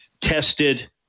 tested